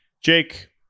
Jake